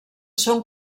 són